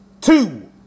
two